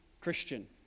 Christian